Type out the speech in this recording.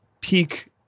peak